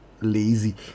lazy